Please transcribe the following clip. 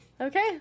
Okay